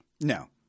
No